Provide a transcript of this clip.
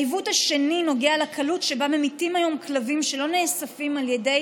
העיוות השני נוגע לקלות שבה ממיתים היום כלבים שלא נאספים על ידי